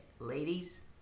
ladies